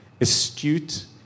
astute